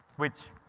which